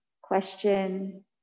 question